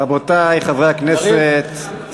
רבותי חברי הכנסת,